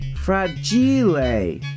Fragile